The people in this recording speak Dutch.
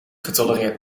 getolereerd